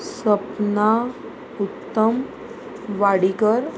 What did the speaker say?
Sapna Uttam Wadikar